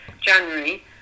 January